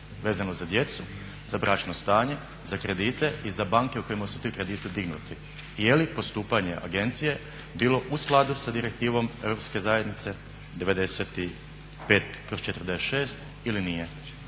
vezano za djecu, za bračno stanje, za kredite i za banke u kojima su ti krediti dignuti? I jeli postupanje agencije bilo u skladu sa Direktivom EZ 95/46 ili nije?